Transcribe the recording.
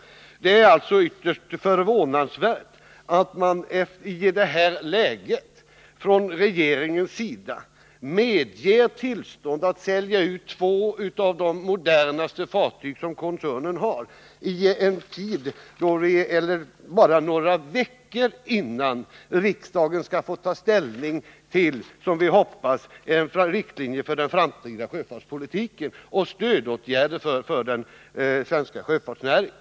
Det är alltså ytterst förvånansvärt att regeringen i detta läge medger tillstånd att sälja ut två av de modernaste fartyg som koncernen har, och detta bara några veckor innan riksdagen, som vi hoppas, skall ta ställning till riktlinjerna för den framtida sjöfartspolitiken och stödåtgärder för den svenska sjöfartsnäringen.